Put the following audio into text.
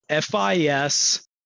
FIS